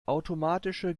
automatische